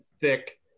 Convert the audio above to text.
thick